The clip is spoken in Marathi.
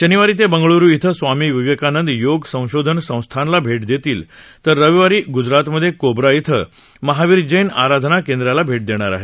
शनिवारी ते बंगळुरु इथं स्वामी विवेकानंद योग संशोधन संस्थेला भेट देतील तर रविवारी ग्जरातमधे कोबा इथं श्री महावीर जैन आराधना केंद्राला भेट देणार आहेत